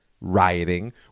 rioting